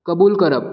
कबूल करप